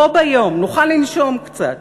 בו ביום נוכל לנשום קצת.